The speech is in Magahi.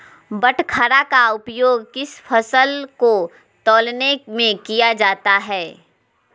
बाटखरा का उपयोग किस फसल को तौलने में किया जाता है?